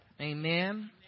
Amen